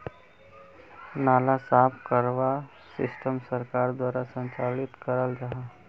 नाला साफ करवार सिस्टम सरकार द्वारा संचालित कराल जहा?